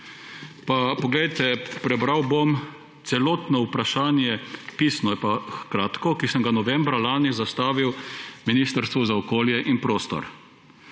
Poglejte, prebral bom celotno vprašanje, je pisno pa kratko, ki sem ga novembra lani zastavil Ministrstvu za okolje in prostor.